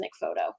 photo